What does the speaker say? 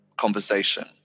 conversation